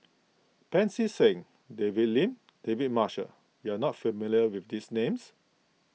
Pancy Seng David Lim and David Marshall you are not familiar with these names